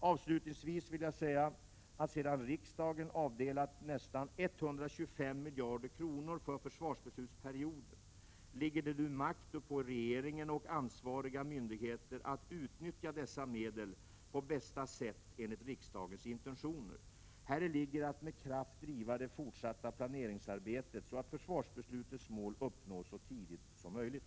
Avslutningsvis vill jag säga att sedan riksdagen avdelat nästan 125 miljarder kronor för försvarsbeslutsperioden, ligger det nu makt uppå regeringen och ansvariga myndigheter att utnyttja dessa medel på bästa sätt enligt riksdagens intentioner. Häri ligger att med kraft driva det fortsatta planeringsarbetet så att försvarsbeslutets mål uppnås så tidigt som möjligt.